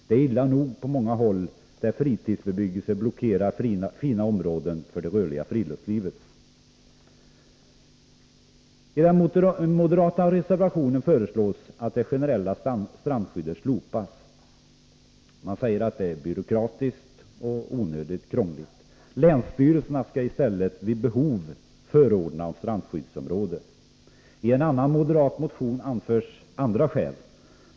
Det är illa nog på många håll där fritidsbebyggelsen blockerar fina områden för det rörliga friluftslivet. I den moderata reservationen föreslås att det generella strandskyddet skall slopas. Man säger att det är byråkratiskt och onödigt krångligt. Länsstyrelserna skall i stället vid behov förordna om strandskyddsområde. I en annan moderat motion anförs andra skäl.